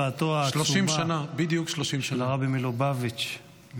השפעתו העצומה של הרבי מלובביץ' -- 30 שנה,